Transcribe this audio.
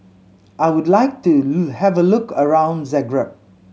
I would like to have a look around Zagreb